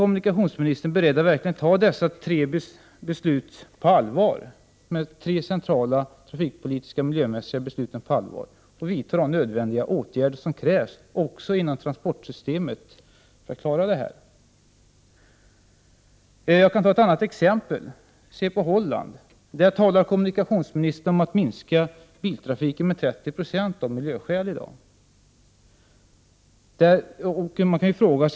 kommunikationsministern, beredd att verkligen ta dessa tre centrala trafikpolitiska och miljöpolitiska beslut på allvar och vidta de nödvändiga åtgärder som krävs också inom transportsystemet för att klara detta? Jag skall ta upp ett annat exempel, nämligen Holland. Där talar kommunikationsministern om att minska biltrafiken med 30 96 av miljöskäl.